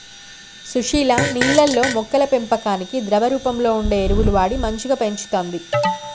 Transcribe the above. సుశీల నీళ్లల్లో మొక్కల పెంపకానికి ద్రవ రూపంలో వుండే ఎరువులు వాడి మంచిగ పెంచుతంది